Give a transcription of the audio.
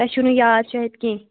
تۄہہِ چھُ نہ یاد شاید کیٚنٛہہ